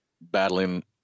battling